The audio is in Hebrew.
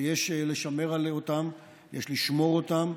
שיש לשמר אותן, יש לשמור אותן.